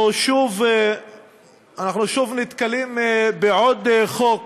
אנחנו שוב נתקלים בעוד חוק